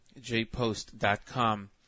jpost.com